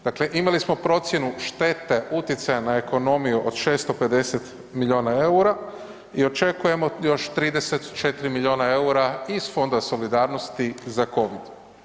Znači imali smo procjenu štete utjecaja na ekonomiju od 650 milijuna eura i očekujemo još 34 milijuna eura iz Fonda solidarnosti za covid.